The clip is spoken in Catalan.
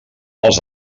els